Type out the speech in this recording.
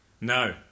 No